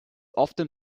often